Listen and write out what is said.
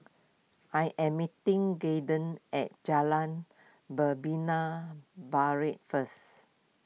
I am meeting gay den at Jalan Membina Barat first